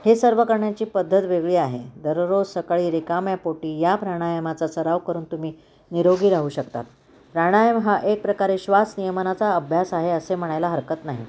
हे सर्व करण्याची पद्धत वेगळी आहे दररोज सकाळी रेिकाम्या पोटी या प्राणायामाचा सराव करून तुम्ही निरोगी राहू शकतता प्राणायाम हा एक प्रकारे श्वास नियमानाचा अभ्यास आहे असे म्हणायला हरकत नाही